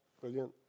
Brilliant